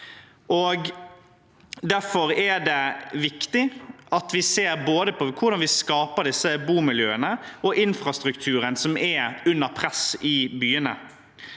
Derfor er det viktig at vi ser både på hvordan vi skaper disse bomiljøene, og på infrastrukturen, som er under press i byene.